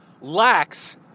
lacks